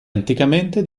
anticamente